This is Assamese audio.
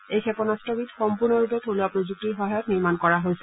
এই ক্ষেপনাস্ত্ৰবিধ সম্পূৰ্ণৰূপে থলুৱা প্ৰযুক্তিৰ সহায়ত নিৰ্মাণ কৰা হৈছে